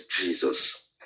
Jesus